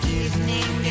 evening